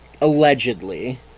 allegedly